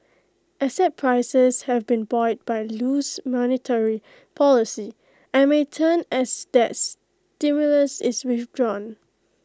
asset prices have been buoyed by loose monetary policy and may turn as that stimulus is withdrawn